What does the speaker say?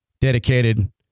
dedicated